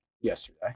yesterday